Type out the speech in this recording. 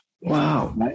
Wow